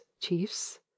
chiefs